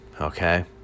okay